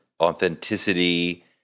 authenticity